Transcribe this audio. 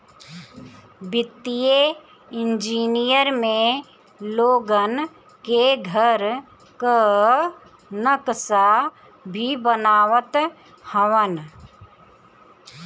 वित्तीय इंजनियर में लोगन के घर कअ नक्सा भी बनावत हवन